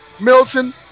Milton